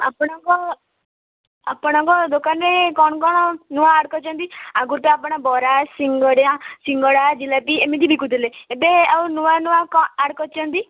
ଆପଣଙ୍କ ଆପଣଙ୍କ ଦୋକାନରେ କଣ କଣ ନୂଆଁ ଆଡ଼୍ କରିଛନ୍ତି ଆଗରୁ ତ ଆପଣ ବରା ସିଙ୍ଗଡ଼ିଆ ସିଙ୍ଗଡ଼ା ଜିଲାପି ଏମିତି ବିକୁଥିଲେ ଏବେ ଆଉ ନୂଆଁ ନୂଆଁ କଣ ଆଡ଼୍ କରିଛନ୍ତି